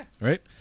right